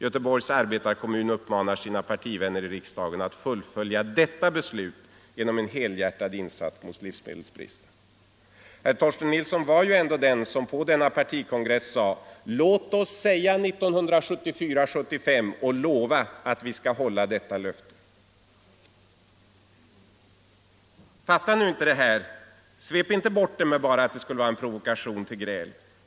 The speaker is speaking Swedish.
Göteborgs arbetarekommun uppmanar sina partivänner i riksdagen att fullfölja detta beslut genom en helhjärtad insats mot livsmedelsbristen.” Herr Torsten Nilsson var ändå den som på nämnda partikongress sade: Låt oss säga 1974/75 och lova att vi skall hålla detta löfte! Svep nu inte bort det jag sagt med att säga att det bara skulle vara en provokation till gräl.